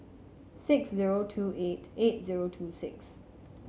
six zero two eight eight zero two six